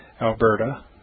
Alberta